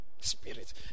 Spirit